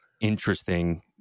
interesting